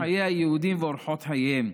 חיי היהודים ואורחות חייהם.